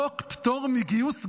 חוק פטור מגיוס גרוע,